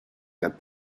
that